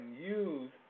use